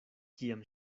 kiam